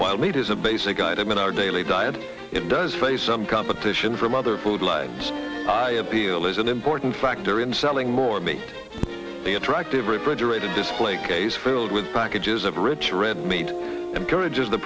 while meat is a basic item in our daily diet it does face some competition from other food lines i appeal is an important factor in selling more meat the attractive refrigerated display case filled with packages of rich red meat encourages the